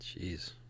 Jeez